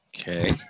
Okay